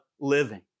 living